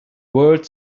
world